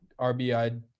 RBI